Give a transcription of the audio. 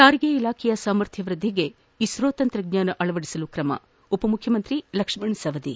ಸಾರಿಗೆ ಇಲಾಖೆಯ ಸಾಮರ್ಥ್ಯ ವೃದ್ಧಿಗೆ ಇಸ್ತೋ ತಂತ್ರಜ್ಞಾನ ಅಳವಡಿಸಲು ಕ್ರಮ ಉಪ ಮುಖ್ಯಮಂತ್ರಿ ಲಕ್ಷ್ಮಣ ಸವದಿ